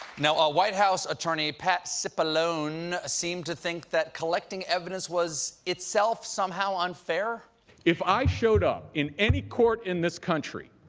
now, white house attorney pat cipollone seemed to think that collecting evidence was, itself, somehow unfair? if i showed up in any court in this country,